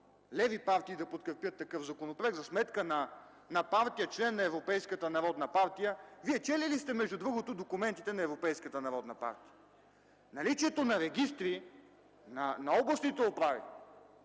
леви партии да подкрепят такъв законопроект за сметка на партия – член на Европейската народна партия. Вие чели ли сте, между другото, документите на Европейката народна партия? Наличието на регистри на областните управи